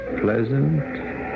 pleasant